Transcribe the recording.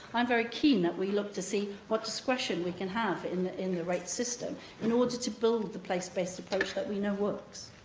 i'm very keen that we look to see what discretion we can have in the in the rates system in order to build the place-based approach that we know works.